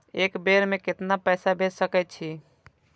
एक बेर में केतना पैसा भेज सके छी?